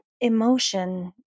emotion